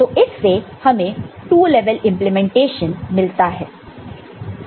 तो इससे हमें 2 लेवल इंप्लीमेंटेशन मिलता है